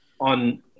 on